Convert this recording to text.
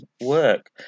work